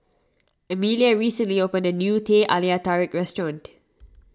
Emelia recently opened a new Teh Halia Tarik restaurant